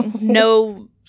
No